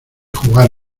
jugar